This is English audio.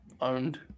Owned